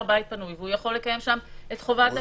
בית פנוי והוא יכול לקיים שם את חובת הבידוד.